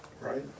Right